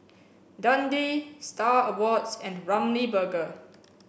Dundee Star Awards and Ramly Burger